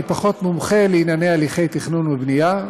אני פחות מומחה לענייני הליכי תכנון ובנייה,